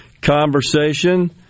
conversation